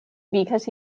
because